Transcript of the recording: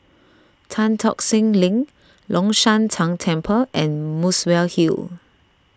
Tan Tock Seng Link Long Shan Tang Temple and Muswell Hill